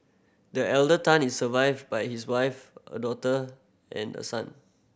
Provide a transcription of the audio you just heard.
the elder Tan is survived by his wife a daughter and a son